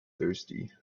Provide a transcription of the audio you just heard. thirsty